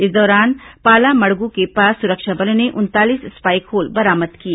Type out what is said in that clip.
इस दौरान पालामड़गू के पास सुरक्षा बलों ने उनतालीस स्पाइक होल बरामद किए